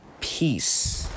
peace